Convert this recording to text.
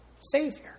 Savior